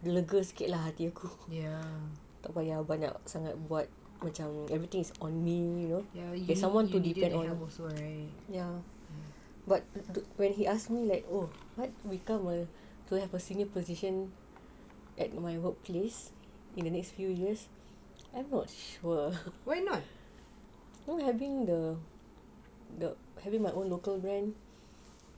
berlega sikit lah hati aku tak payah banyak sangat buat macam everything is on me you know and some more yes but when he ask me like oh like you want to become a we have a senior position at my workplace in the next few years I'm not sure you know having the having my own local brand